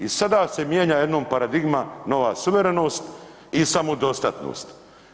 I sada se mijenja jednom paradigma, nova suverenost i samodostatnost.